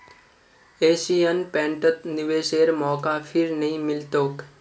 Asian पेंटत निवेशेर मौका फिर नइ मिल तोक